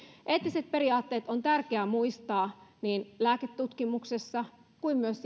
eettiset periaatteet on tärkeä muistaa niin lääketutkimuksessa kuin siinä